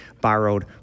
borrowed